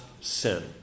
sin